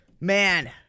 Man